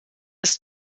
ist